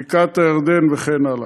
בקעת-הירדן וכן הלאה.